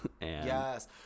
Yes